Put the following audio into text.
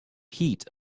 heat